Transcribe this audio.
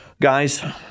Guys